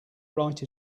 write